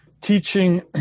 teaching